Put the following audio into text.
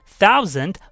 thousand